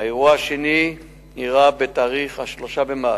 האירוע השני אירע בתאריך 3 במאי,